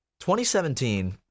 2017